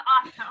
awesome